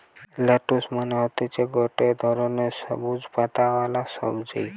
lettuce মানে হতিছে গটে ধরণের সবুজ পাতাওয়ালা সবজি